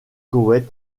koweït